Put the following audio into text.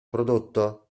prodotto